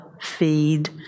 feed